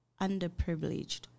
underprivileged